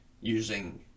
using